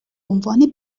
عنوان